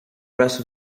rest